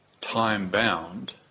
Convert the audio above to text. time-bound